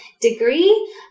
degree